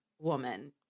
woman